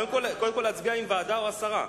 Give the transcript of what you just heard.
קודם כול נצביע אם ועדה או הסרה.